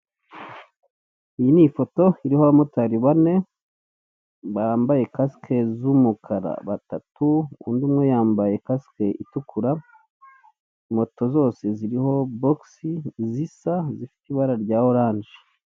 Iyi ni ifoto irimo abamotari bane bambaye kasike z'umukara batatu undi umwe yambaye kasike itukura, moto zose ziriho bogisi zisa zifite ibara rya oranje.